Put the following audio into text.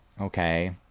okay